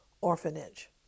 orphanage